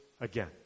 again